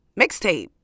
mixtape